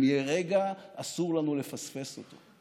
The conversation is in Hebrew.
אם יהיה רגע, אסור לנו לפספס אותו.